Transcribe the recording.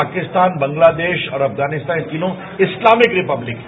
पाकिस्तान बांग्लादेश और अफगानिस्तान ये तीनों इस्लामिक रिपब्लिक है